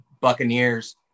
Buccaneers